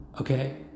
Okay